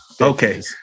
okay